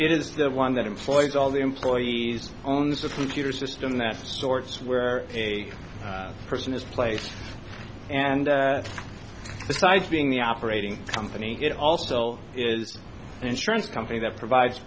it is the one that employs all the employees owns a computer system that stores where a person is placed and besides being the operating company get also is an insurance company that provides